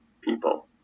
people